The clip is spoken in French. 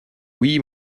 oui